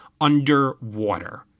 underwater